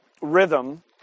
rhythm